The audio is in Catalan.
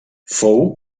fou